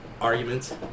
arguments